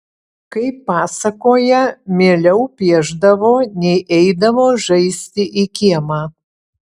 kaip pasakoja mieliau piešdavo nei eidavo žaisti į kiemą